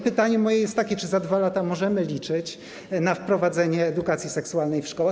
Pytanie moje jest takie: Czy za 2 lata możemy liczyć na wprowadzenie edukacji seksualnej w szkołach?